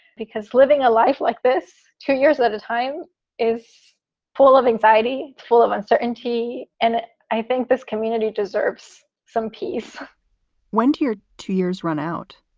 because living a life like this two years at a time is full of anxiety, full of uncertainty. and i think this community deserves some peace when do your two years run out?